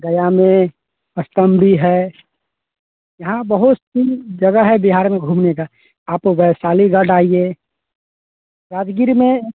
गया में अस्टम भी है यहाँ बहुत सी जगह है बिहार में घूमने का आपको वैशाली घाट आइए राजगीर में